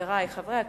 חברי חברי הכנסת,